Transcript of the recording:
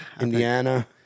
Indiana